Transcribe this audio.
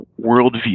worldview